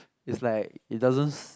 is like it doesn't s~